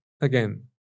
again